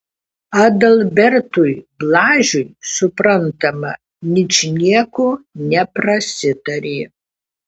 adalbertui blažiui suprantama ničnieko neprasitarė